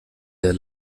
der